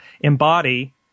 embody